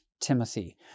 Timothy